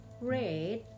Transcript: Red